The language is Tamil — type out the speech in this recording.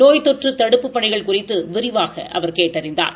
நோய் தொற்று தடுப்புப் பணிகள் குறித்து விரிவாக அவர் கேட்டறிந்தார்